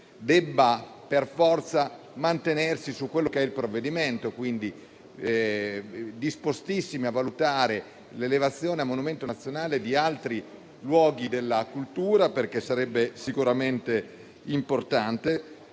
debba per forza mantenersi sul merito del provvedimento. Siamo dispostissimi a valutare l'elevazione a monumento nazionale di altri luoghi della cultura, perché sarebbe sicuramente importante,